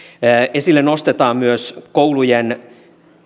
esille nostetaan myös koulujen